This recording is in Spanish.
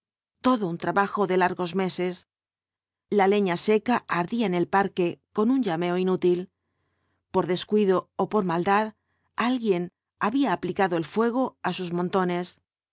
todo nn trabajo de largos meses la leña seca ardía en el parque con un llameo inútil por descuido ó por maldad alguien había aplicado el fuego á sus montones